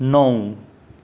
नौ